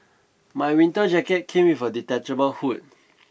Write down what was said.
my winter jacket came with a detachable hood